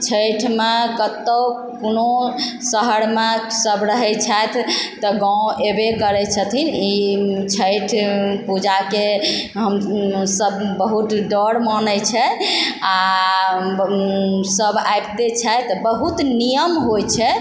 छैठमे कतहु कोनो शहरमे सब रहय छथि तऽ गाँव अएबे करय छथिन ई छैठ पूजाके हम सब बहुत डर मानय छै आओर सब आबिते छथि बहुत नियम होइ छै